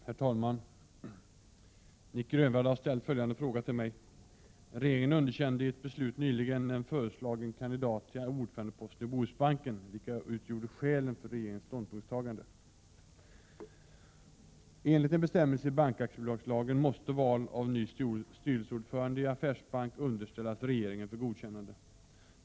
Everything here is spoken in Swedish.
Herr talman! Nic Grönvall har ställt följande fråga till mig. Regeringen underkände i ett beslut nyligen en föreslagen kandidat till ordförandeposten i Bohusbanken. Vilka utgjorde skälen för regeringens ståndpunktstagande? Enligt en bestämmelse i bankaktiebolagslagen måste val av ny styrelseordförande i affärsbank underställas regeringen för godkännande.